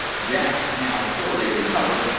jack, now thoroughly recovered,